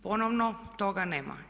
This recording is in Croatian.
Ponovno toga nema.